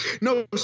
no